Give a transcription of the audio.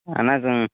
اَہَن حظ اۭں